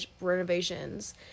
renovations